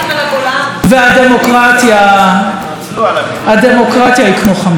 והדמוקרטיה, הדמוקרטיה היא כמו חמצן,